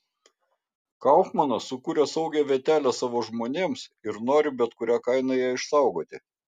kaufmanas sukūrė saugią vietelę savo žmonėms ir nori bet kuria kaina ją išsaugoti